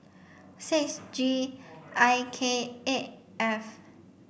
six G I K eight F